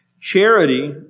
Charity